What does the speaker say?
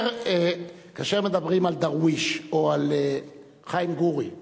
כאשר מדברים על דרוויש או על חיים גורי,